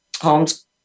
homes